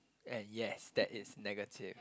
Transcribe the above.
and yes that is negative